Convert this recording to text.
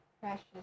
precious